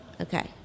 okay